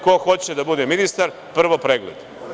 Ko hoće da bude ministar, prvo pregled.